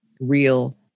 real